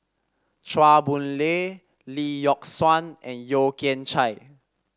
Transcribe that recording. Chua Boon Lay Lee Yock Suan and Yeo Kian Chai